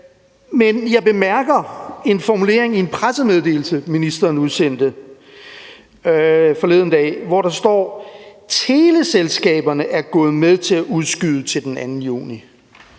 Men jeg bemærker en formulering i en pressemeddelelse, som ministeren udsendte forleden dag, hvor der står: Teleselskaberne er gået med til at udskyde til den 2. juni.